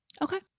Okay